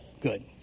Good